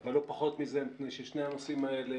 אבל לא פחות מזה מפני ששני הנושאים האלה